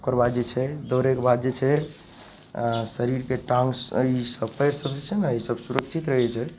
ओकरबाद जे छै दौड़ैके बाद जे छै अँ शरीरके टाँङ्गसब ईसब पाएरसब जे छै ने ईसब सुरक्षित रहै छै